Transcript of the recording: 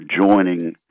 joining